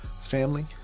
Family